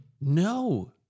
No